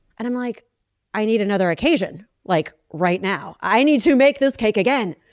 and i'm like i need another occasion like right now. i need to make this cake again.